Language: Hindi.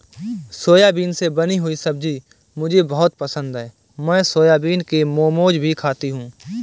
सोयाबीन से बनी हुई सब्जी मुझे बहुत पसंद है मैं सोयाबीन के मोमोज भी खाती हूं